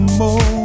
more